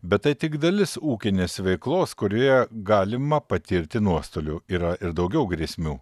bet tai tik dalis ūkinės veiklos kurioje galima patirti nuostolių yra ir daugiau grėsmių